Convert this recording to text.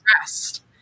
rest